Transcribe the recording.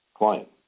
client